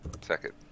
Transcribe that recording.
Second